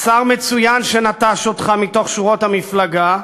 שר מצוין שנטש אותך מתוך שורות המפלגה,